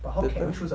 that time